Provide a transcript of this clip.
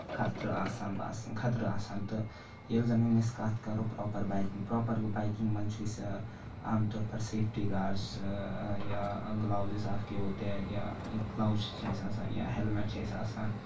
خَطرٕ آسان باسان خَطرٕ آسان تہٕ ییٚلہِ زَن أسۍ وۄنۍ کَتھ کَرو پروپَر بایکِنگ پروپَر بایکِنگ منٛز چھِ أسۍ عام طور پر سیفٹی گاڈس یا گٔلوزز صاف کیے ہوتے ہیں یا گٔلوز چھِ اَسہِ آسان یا ہیلمیٹ چھِ اَسہِ آسان